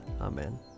Amen